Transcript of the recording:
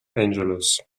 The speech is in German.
angeles